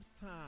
time